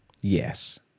Yes